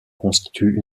constitue